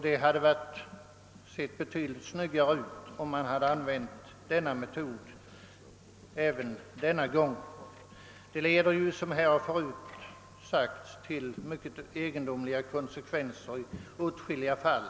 Det hade sett betydligt snyggare ut om man hade använt den metoden även denna gång. Det föreslagna förfarandet får som bekant mycket egendomliga konsekvenser på åtskilliga håll.